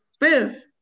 fifth